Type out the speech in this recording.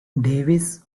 davis